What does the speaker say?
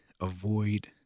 avoid